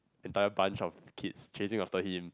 entire bunch of kids chasing after him